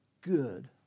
good